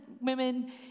women